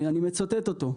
אני מצטט אותו,